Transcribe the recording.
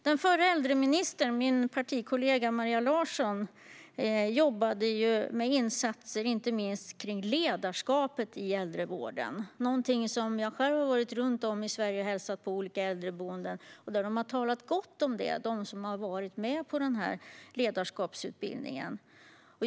Den förra äldreministern, min partikollega Maria Larsson, jobbade inte minst med insatser rörande ledarskapet i äldrevården. Jag har själv varit runt i Sverige och besökt olika äldreboenden där de som har varit med på denna ledarskapsutbildning har talat gott om den.